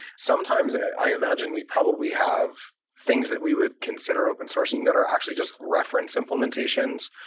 sometimes, i imagine, we probably have things that we would consider open-sourcing that are actually just reference implementations.